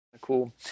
Cool